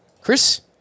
Chris